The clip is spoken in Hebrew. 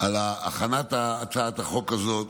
על הכנת הצעת החוק הזאת.